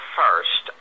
first